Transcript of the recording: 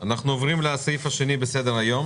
טוב, אנחנו עוברים לסעיף השני בסדר היום